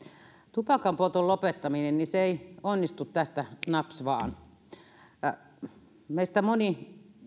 tupakanpolton lopettaminen ei onnistu naps vaan meistä moni